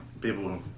People